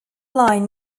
line